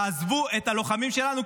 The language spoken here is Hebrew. תעזבו את הלוחמים שלנו,